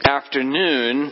afternoon